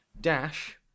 dash